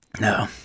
No